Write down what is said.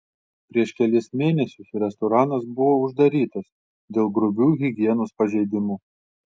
prieš kelis mėnesius restoranas buvo uždarytas dėl grubių higienos pažeidimų